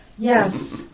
Yes